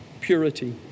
purity